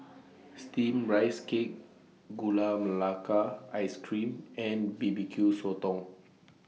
Steamed Rice Cake Gula Melaka Ice Cream and B B Q Sotong